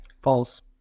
False